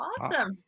awesome